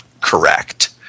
correct